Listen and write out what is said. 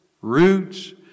roots